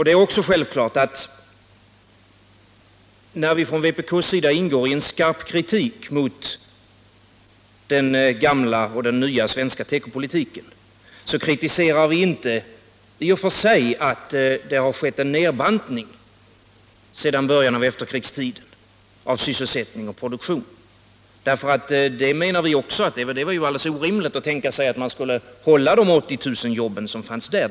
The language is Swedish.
Det är också självklart att när vi från vpk:s sida ingår i en skarp kritik mot den gamla och den nya svenska tekopolitiken, så kritiserar vi inte i och för sig att det har skett en nedbantning sedan början av efterkrigstiden av sysselsättning och produktion, för det vore ju alldeles orimligt att tänka sig att man skulle hålla kvar de 80 000 jobb som fanns där.